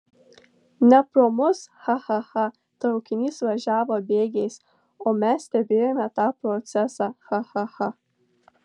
ne pro mus cha cha cha traukinys važiavo bėgiais o mes stebėjome tą procesą cha cha cha